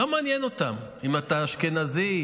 לא מעניין אותם אם אתה אשכנזי,